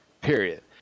Period